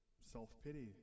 self-pity